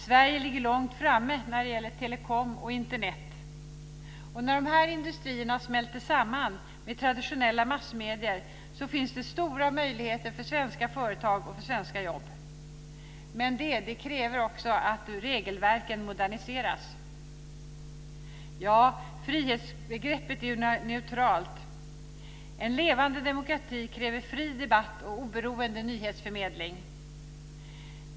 Sverige ligger långt framme när det gäller telekom och Internet. När dessa industrier smälter samman med traditionella massmedier finns det stora möjligheter för svenska företag och för svenska jobb. Men det kräver också att regelverken moderniseras. Frihetsbegreppet är centralt. En levande demokrati kräver fri debatt och oberoende nyhetsförmedling.